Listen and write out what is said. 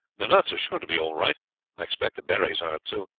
the nuts are sure to be all right i expect the berries are too.